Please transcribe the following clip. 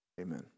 Amen